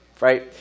right